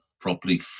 properly